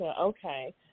Okay